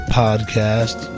podcast